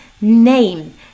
name